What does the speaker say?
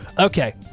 Okay